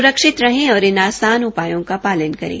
सुरक्षित रहें और इन आसान उपायों का पालन करें